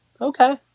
Okay